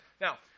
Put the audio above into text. Now